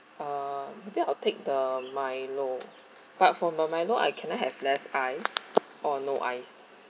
uh maybe I'll take the milo but from a milo I can I have less ice or no ice